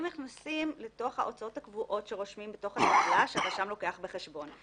הם מכניסים לתוך ההוצאות הקבועות שרושמים והרשם לוקח זאת בחשבון.